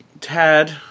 tad